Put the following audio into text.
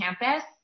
campus